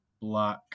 black